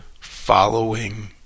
following